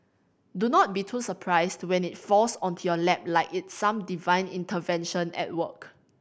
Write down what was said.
do not be too surprised when it falls onto your lap like it's some divine intervention at work